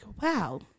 wow